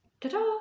Ta-da